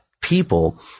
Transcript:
people